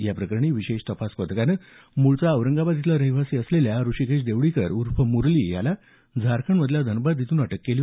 या प्रकरणी विशेष तपास पथकानं मूळचा औरंगाबादचा रहिवाशी असलेल्या ऋषिकेश देवडीकर उर्फ मुरली याला झारखंडमधल्या धनबाद इथून अटक केली